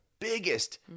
biggest